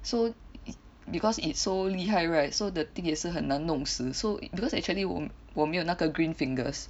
so it~ because it's so 厉害 right so the thing 也是很能弄湿 so because actually 我我没有那个 green fingers